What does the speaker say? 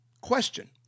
Question